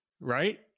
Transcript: right